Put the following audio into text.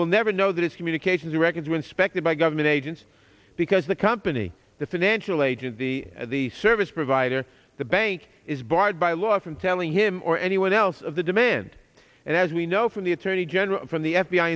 will never know that it's communications records when suspected by government agents because the company the financial agency the service provider the bank is barred by law from telling him or anyone else of the demand and as we know from the attorney general from the f